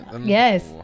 yes